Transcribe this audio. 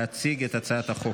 להציג את הצעת החוק.